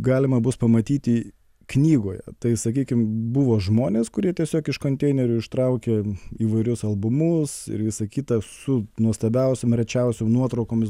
galima bus pamatyti knygoje tai sakykim buvo žmonės kurie tiesiog iš konteinerių ištraukė įvairius albumus ir visa kita su nuostabiausiom rečiausiom nuotraukomis